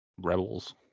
rebels